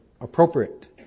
appropriate